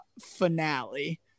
finale